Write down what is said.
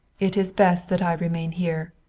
it is best that i remain here.